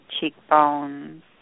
cheekbones